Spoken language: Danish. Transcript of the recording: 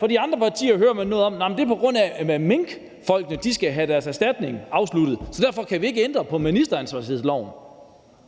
Fra de andre partiers side hører man noget om, at det er, på grund af at minkfolkene skal have deres erstatning afsluttet, så derfor kan vi ikke ændre på ministeransvarlighedsloven.